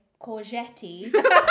courgette